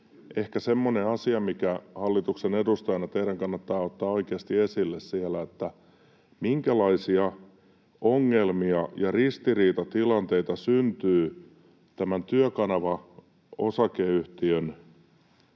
ehkä semmoinen asia, mikä hallituksen edustajana teidän kannattaa ottaa oikeasti esille siellä, on, minkälaisia ongelmia ja ristiriitatilanteita syntyy mahdollisen vakuutusyhtiön